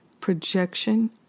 Projection